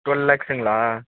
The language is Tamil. ட்வெல் லேக்ஸுங்களா